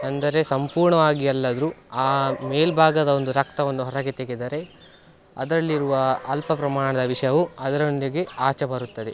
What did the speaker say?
ಅಂದರೆ ಸಂಪೂರ್ಣವಾಗಿ ಅಲ್ಲದಿದ್ರೂ ಆ ಮೇಲ್ಬಾಗದ ಒಂದು ರಕ್ತ ಒಂದು ಹೊರಗೆ ತೆಗೆದರೆ ಅದರಲ್ಲಿರುವ ಅಲ್ಪ ಪ್ರಮಾಣದ ವಿಷವು ಅದರೊಂದಿಗೆ ಆಚೆ ಬರುತ್ತದೆ